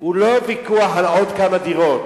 הוא לא ויכוח על עוד כמה דירות,